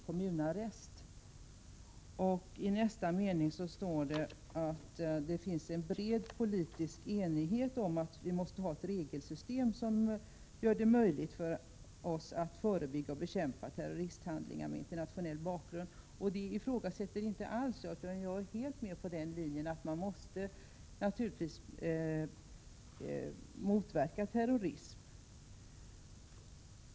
Längre fram i svaret står det att det ”råder bred politisk enighet om att vi måste ha ett regelsystem som gör det möjligt för oss att förebygga och bekämpa terroristhandlingar med internationell bakgrund”. Jag ifrågasätter inte alls detta utan är helt med på att vi måste motverka terrorism.